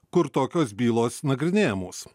kur tokios bylos nagrinėjamos